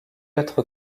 être